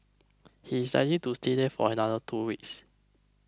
he is likely to stay there for another two weeks